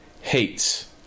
hates